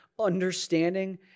understanding